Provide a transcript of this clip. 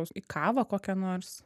į kavą kokią nors